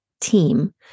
team